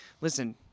listen